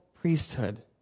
priesthood